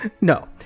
No